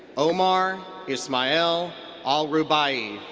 omar ismail al-rubaii.